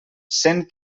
cent